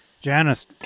Janice